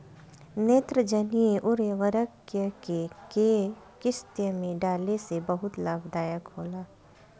नेत्रजनीय उर्वरक के केय किस्त में डाले से बहुत लाभदायक होला?